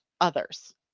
others